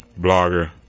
Blogger